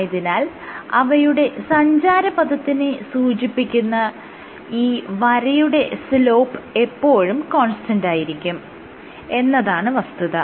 ആയതിനാൽ അവയുടെ സഞ്ചാരപഥത്തിനെ സൂചിപ്പിക്കുന്ന ഈ വരയുടെ സ്ലോപ്പ് എപ്പോഴും കോൺസ്റ്റന്റായിരിക്കും എന്നതാണ് വസ്തുത